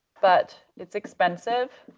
but it's expensive.